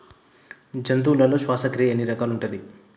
జంతువులలో శ్వాసక్రియ ఎన్ని రకాలు ఉంటది?